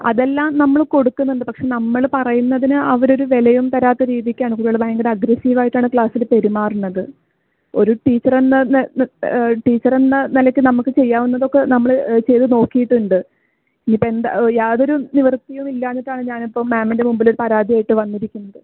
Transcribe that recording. അതെല്ലാം നമ്മൾ കൊടുക്കുന്നുണ്ട് പക്ഷേ നമ്മൾ പറയുന്നതിന് അവരൊരു വിലയും തരാത്ത രീതിക്കാണ് ഇവിടെ ഭയങ്കര അഗ്രെസ്സിവായിട്ടാണ് ക്ലാസ്സിൽ പെരുമാറുണത് ഒരു ടീച്ചറെന്താന്ന് ടീച്ചറെന്ന നിലക്ക് നമുക്ക് ചെയ്യാവുന്നതൊക്കെ നമ്മൾ ചെയ്ത് നോക്കീട്ടുണ്ട് ഇനിയിപ്പോൾ എന്താ യാതൊരു നിവർത്തിയും ഇല്ലാഞ്ഞിട്ടാണ് ഞാനിപ്പം മാമിൻ്റെ മുമ്പിൽ പരാതിയായിട്ട് വന്നിരിക്കുന്നത്